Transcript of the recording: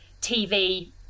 TV